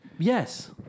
Yes